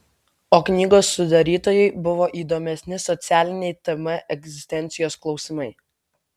o knygos sudarytojai buvo įdomesni socialiniai tm egzistencijos klausimai